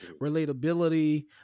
relatability